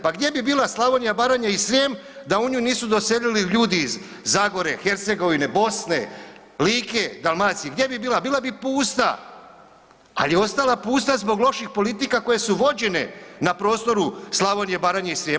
Pa gdje bi bila Slavonija, Baranja i Srijem da u nju nisu doselili ljudi iz Zagore, Hercegovine, Bosne, Like, Dalmacije, gdje bi bila, bila bi pusta, ali je ostala pusta zbog loših politika koje su vođene na prostoru Slavonije, Baranje i Srijema.